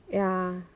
ya